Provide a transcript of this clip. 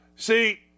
See